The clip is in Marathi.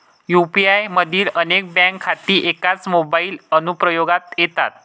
यू.पी.आय मधील अनेक बँक खाती एकाच मोबाइल अनुप्रयोगात येतात